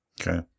Okay